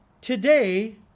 today